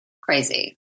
crazy